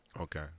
Okay